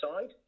side